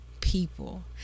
people